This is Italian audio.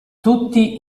tutti